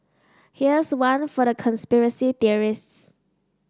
here's one for the conspiracy theorists